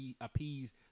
appease